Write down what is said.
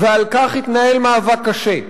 ועל כך התנהל מאבק קשה.